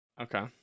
Okay